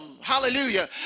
Hallelujah